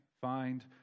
find